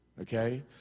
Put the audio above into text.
okay